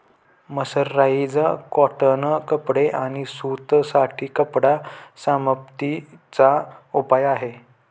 mercerise cotton कपडे आणि सूत साठी कपडा समाप्ती चा उपाय आहे